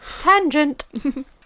Tangent